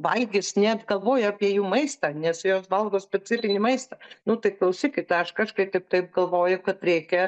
valgys net galvojo apie jų maistą nes jos valgo specifinį maistą nu tai klausykit aš kažkaip taip taip galvoju kad reikia